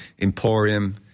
Emporium